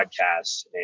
podcasts